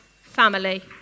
family